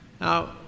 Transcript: now